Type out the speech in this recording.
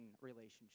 relationship